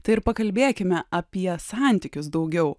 tai ir pakalbėkime apie santykius daugiau